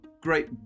great